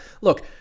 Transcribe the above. look